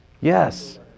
Yes